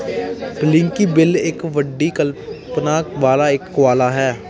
Blinky Bill ਇੱਕ ਵੱਡੀ ਕਲਪਨਾ ਵਾਲਾ ਇੱਕ ਕੋਆਲਾ ਹੈ